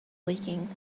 leaking